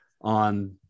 on